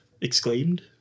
exclaimed